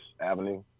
Avenue